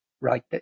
right